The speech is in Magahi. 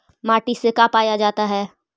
माटी से का पाया जाता है?